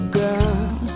girl